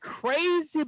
crazy